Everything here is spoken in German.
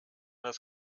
das